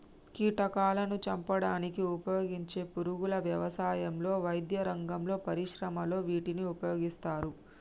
కీటకాలాను చంపడానికి ఉపయోగించే పురుగుల వ్యవసాయంలో, వైద్యరంగంలో, పరిశ్రమలలో వీటిని ఉపయోగిస్తారు